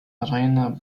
rainer